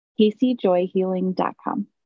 CaseyJoyHealing.com